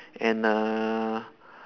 and uh